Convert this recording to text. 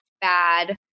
bad